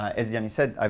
as yannis said,